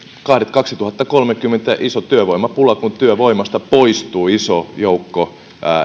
kaksituhattakolmekymmentä iso työvoimapula kun työvoimasta poistuu iso joukko